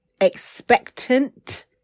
expectant